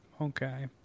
Okay